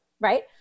Right